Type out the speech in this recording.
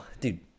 dude